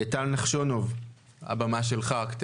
טל נחשונוב, הבמה שלך.